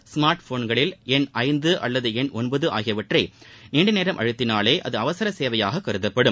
smart போன்களில் எண் ஐந்து அல்லது எண் ஒன்பது ஆகியவற்றை நீண்ட நேரம் அழுத்தினாலே அது அவசர சேவையாக கருதப்படும்